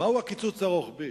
מהו הקיצוץ הרוחבי?